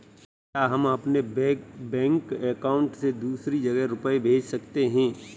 क्या हम अपने बैंक अकाउंट से दूसरी जगह रुपये भेज सकते हैं?